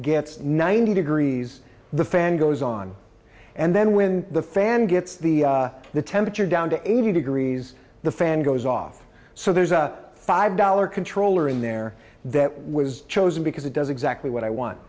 gets ninety degrees the fan goes on and then when the fan gets the the temperature down to eighty degrees the fan goes off so there's a five dollar controller in there that was chosen because it does exactly what i want